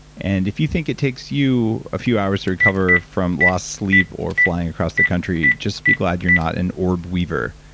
and if you think it takes you a few hours to recover from lost sleep or flying across the country just be glad you're not an orb-weaver.